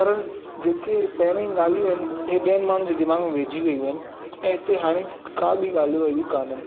पर जेकी पहिरीं ॻाल्हियूं आहिनि इहे ॿियनि माण्हू जे दिमाग़ में विहिजी वियूं आहिनि ऐं हिते हाणे का बि ॻाल्हियूं अहिड़ी कोन आहिनि